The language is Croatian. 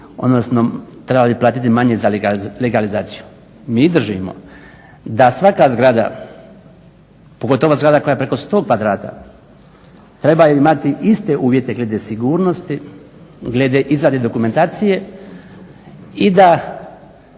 odnosno trebali bi platiti manje za legalizaciju. Mi držimo da svaka zgrada, pogotovo zgrada koja je preko 100 kvadrata treba imati iste uvjete glede sigurnosti, glede izrade dokumentacije i da